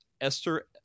esther